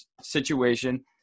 situation